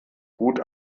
gut